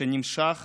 שנמשך